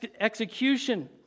execution